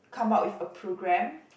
come up with a program